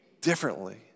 differently